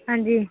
ਹਾਂਜੀ